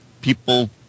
people